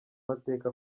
mateka